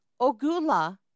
ogula